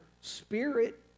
spirit